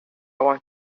want